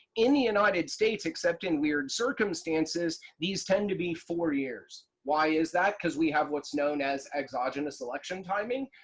in the united states except in weird circumstances, these tend to be four years. why is that? because we have what's known as exogenous election timing.